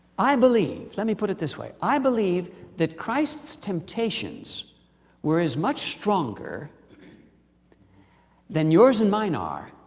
i believe. let me put it this way i believe that christ's temptations were as much stronger than yours and mine are,